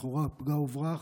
לכאורה פגע וברח,